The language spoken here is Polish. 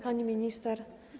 Pani Minister!